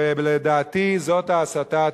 ולדעתי זו ההסתה התקשורתית.